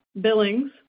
billings